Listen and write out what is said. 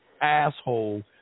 asshole